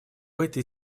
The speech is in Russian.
этой